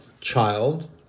child